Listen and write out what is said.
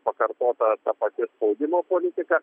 pakartota ta pati spaudimo politika